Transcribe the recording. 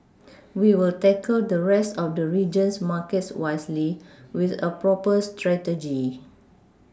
we will tackle the rest of the region's markets wisely with a proper strategy